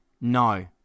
no